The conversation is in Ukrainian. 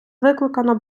викликано